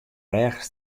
rêch